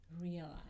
realize